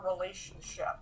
relationship